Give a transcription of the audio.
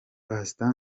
pastor